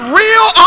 real